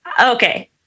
Okay